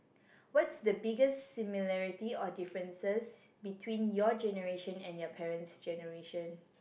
what's the biggest similarity or differences between your generation and your parents' generation